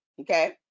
Okay